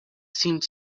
seemed